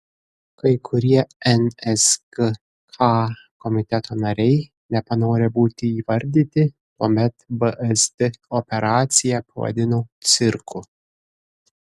kai kurie nsgk komiteto nariai nepanorę būti įvardyti tuomet vsd operaciją pavadino cirku